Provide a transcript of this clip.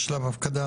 יש שלב הפקדה.